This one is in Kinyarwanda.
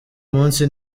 munsi